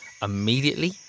immediately